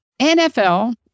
NFL